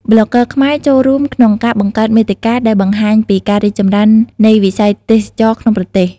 ប្លុកហ្គើខ្មែរចូលរួមក្នុងការបង្កើតមាតិកាដែលបង្ហាញពីការរីកចម្រើននៃវិស័យទេសចរណ៍ក្នុងប្រទេស។